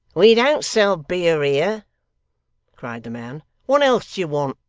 we don't don't sell beer here cried the man what else do you want